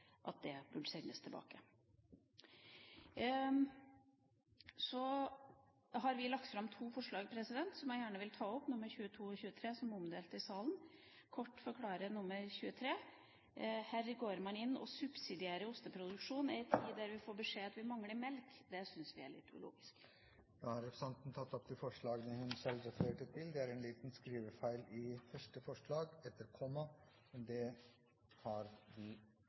at det burde sendes tilbake. Vi har lagt fram to forslag, nr. 22 og 23, som er omdelt i salen, og som jeg gjerne vil ta opp. La meg kort forklare nr. 23. Her går man inn og subsidierer osteproduksjon i en tid da vi får beskjed om at vi mangler melk. Det syns vi er litt ulogisk. Da har representanten Trine Skei Grande tatt opp forslagene hun refererte til. Det er en liten skrivefeil i forslag nr. 21. Det tar vi